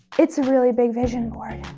it's a really big vision board.